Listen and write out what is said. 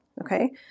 Okay